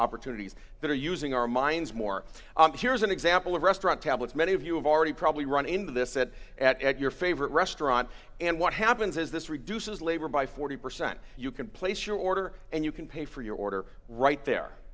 opportunities that are using our minds more here's an example of restaurant tablets many of you have already probably run into this set at your favorite restaurant and what happens is this reduces labor by forty percent you can place your order and you can pay for your order right there